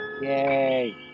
Yay